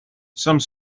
some